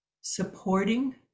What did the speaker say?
supporting